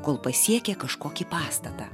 kol pasiekė kažkokį pastatą